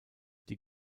die